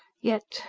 yet.